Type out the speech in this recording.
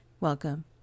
Welcome